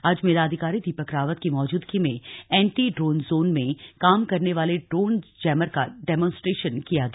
आज मेला अधिकारी दीपक रावत की मौजूदगी में एंटी ड्रोन जोन में काम आने वाले ड्रोन जैमर का डेमोंसट्रेशन किया गया